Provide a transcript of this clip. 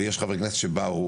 ויש חברי כנסת שבאו,